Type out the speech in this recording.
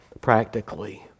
practically